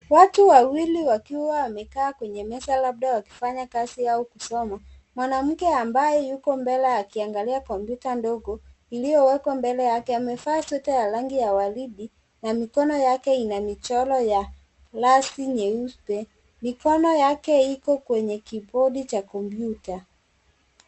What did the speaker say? Watu wawili wakiwa wamekaa kwenye meza labda wakiwa wanafanya kazi au kusoma. Mwanamke ambaye yuko mbele akianagalia komputa ndogo iliyo wekwa mbele yake amevaa sweta ya rangi ya waridi na mikono yake ina michoro ya rasti nyeupe. Mikono yake iko kwenye keyboard cha komputa.